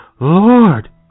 Lord